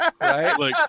Right